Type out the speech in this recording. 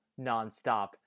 nonstop